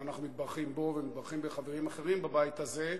ואנחנו מתברכים בו ומתברכים בחברים אחרים בבית הזה,